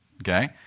Okay